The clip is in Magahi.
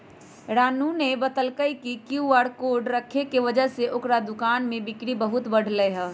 रानूआ ने बतल कई कि क्यू आर कोड रखे के वजह से ओकरा दुकान में बिक्री बहुत बढ़ लय है